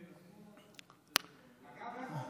לגמרי.